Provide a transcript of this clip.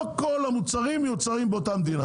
לא כל המוצרים שהוא השתמש בהם יוצרו באותה מדינה.